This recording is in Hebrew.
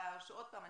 ועוד פעם,